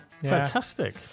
fantastic